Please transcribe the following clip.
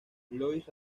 louis